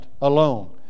alone